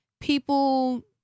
people